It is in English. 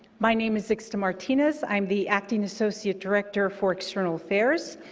my name is zixta martinez. i am the acting associate director for external affairs.